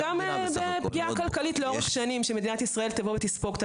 מדובר בפגיעה כלכלית לאורך שנים שמדינת ישראל תספוג.